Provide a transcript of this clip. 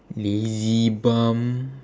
lazy bum